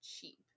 cheap